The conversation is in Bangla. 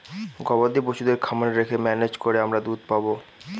গবাদি পশুদের খামারে রেখে ম্যানেজ করে আমরা দুধ পাবো